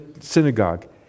synagogue